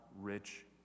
rich